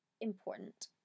important